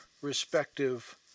Respective